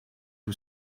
who